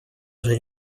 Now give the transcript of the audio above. уже